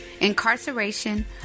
incarceration